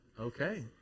Okay